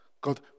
God